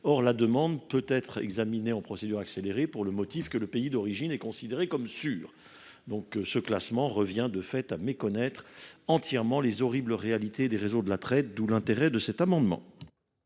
Or la demande peut être examinée en procédure accélérée pour le motif que le pays d’origine est considérée comme « sûr ». Ce classement revient, de fait, à méconnaître entièrement les horribles réalités des réseaux de la traite, d’où l’intérêt de cet amendement.